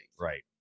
right